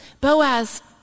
Boaz